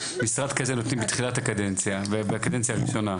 משרד כזה נותנים בתחילת הקדנציה ובקדנציה הראשונה,